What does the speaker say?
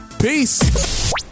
peace